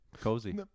Cozy